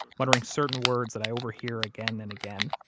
muttering certain words that i overhear again and again.